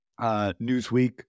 Newsweek